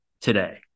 today